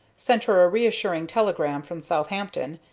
sent her a reassuring telegram from southampton,